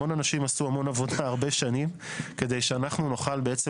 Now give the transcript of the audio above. המון אנשים עשו המון עבודה הרבה שנים כדי שאנחנו נוכל בעצם